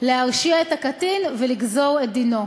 להרשיע את הקטין ולגזור את דינו.